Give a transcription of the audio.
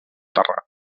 terrat